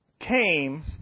came